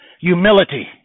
Humility